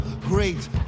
Great